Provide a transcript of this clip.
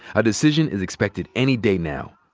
a decision is expected any day now,